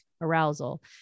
arousal